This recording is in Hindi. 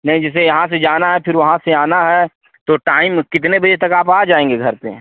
नहीं जैसे यहाँ से जाना है फिर वहाँ से आना है तो टाइम कितने बजे तक आप आ जाएँगे घर पर